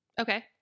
Okay